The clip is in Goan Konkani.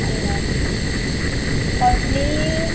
कसली